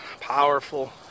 powerful